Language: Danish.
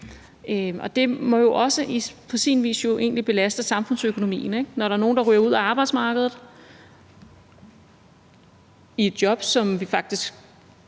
egentlig også belaste samfundsøkonomien, når der er nogle, der ryger ud af arbejdsmarkedet, og som er i job, vi faktisk